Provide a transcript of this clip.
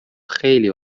خیلی